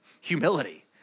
Humility